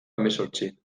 hemezortzi